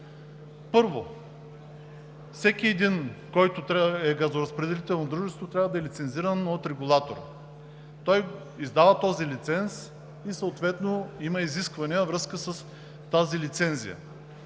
Първо, всеки един, който е газоразпределително дружество, трябва да е лицензиран от Регулатора. Той издава този лиценз и съответно има изисквания във връзка с тази лицензия